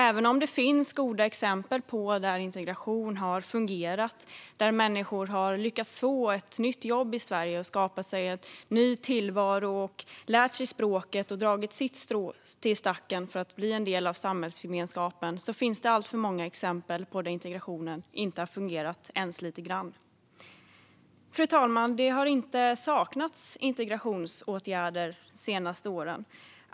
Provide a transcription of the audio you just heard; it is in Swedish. Även om det finns goda exempel på att integrationen har fungerat, på människor som har lyckats få ett nytt jobb i Sverige, skapa sig en ny tillvaro, lära sig språket och dra sitt strå till stacken för att bli en del av samhällsgemenskapen finns det alltför många exempel där integrationen inte har fungerat ens lite grann. Fru talman! Det har inte saknats integrationsåtgärder de senaste åren.